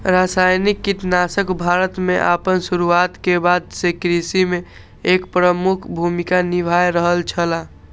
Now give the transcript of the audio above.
रासायनिक कीटनाशक भारत में आपन शुरुआत के बाद से कृषि में एक प्रमुख भूमिका निभाय रहल छला